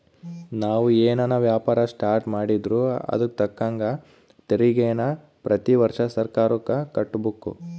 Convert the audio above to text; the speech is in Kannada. ನಾವು ಏನನ ವ್ಯಾಪಾರ ಸ್ಟಾರ್ಟ್ ಮಾಡಿದ್ರೂ ಅದುಕ್ ತಕ್ಕಂಗ ತೆರಿಗೇನ ಪ್ರತಿ ವರ್ಷ ಸರ್ಕಾರುಕ್ಕ ಕಟ್ಟುಬಕು